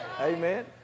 Amen